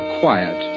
quiet